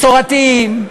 מסורתיים,